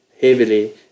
heavily